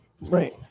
Right